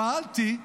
שאלתי,